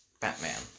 Batman